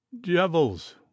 devil's